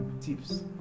tips